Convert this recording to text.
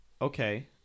okay